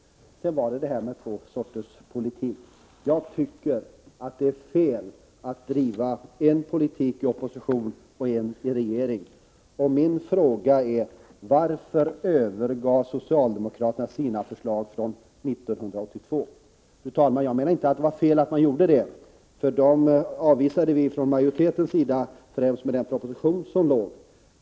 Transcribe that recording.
Sedan gällde det frågan om två sorters politik. Jag tycker att det är fel att driva en politik i opposition och en i regeringsställning. Min fråga är: Varför övergav socialdemokraterna sina förslag från 1982? Jag menar inte, fru talman, att det var fel att man gjorde det. Dessa förslag avvisade vi från majoritetens sida främst med den proposition som förelåg.